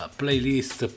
playlist